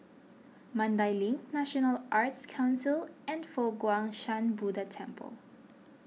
Mandai Link National Arts Council and Fo Guang Shan Buddha Temple